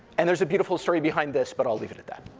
and there's a beautiful story behind this, but i'll leave it at that.